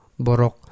borok